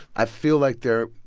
i feel like they're,